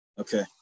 Okay